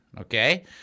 okay